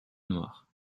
noir